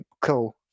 cool